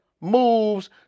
moves